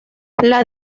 las